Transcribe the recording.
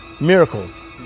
miracles